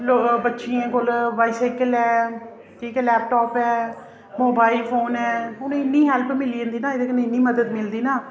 लोक बच्चियें कोल बाईसाइकल ऐ ठीक ऐ लैपटाप ऐ मोबाइल फोन ऐ उ'नें ई इन्नी हैल्प मिली जंदी एह्दे कन्नै इन्नी मदद मिलदी ना